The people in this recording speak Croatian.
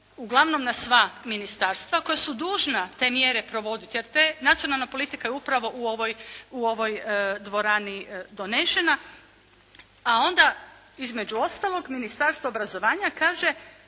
uglavnom na sva ministarstva koja su dužna te mjere provoditi, jer Nacionalna politika je upravo u ovoj dvorani donesena. A onda između ostalog, Ministarstvo obrazovanja kaže